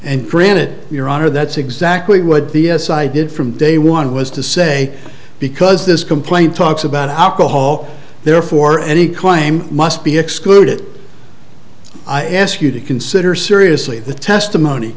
and granted your honor that's exactly what the s i did from day one was to say because this complaint talks about alcohol therefore any claim must be excluded i ask you to consider seriously the testimony